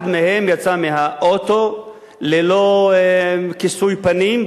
אחד מהם יצא מהאוטו ללא כיסוי פנים,